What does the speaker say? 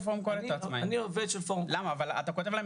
אני עובד של פורום קהלת.